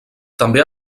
també